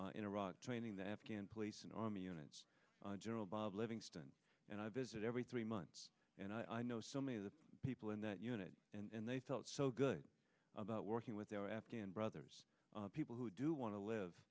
year in iraq training the afghan police and army units general bob livingston and i visit every three months and i know so many of the people in that unit and they felt so good about working with their afghan brothers people who do want to live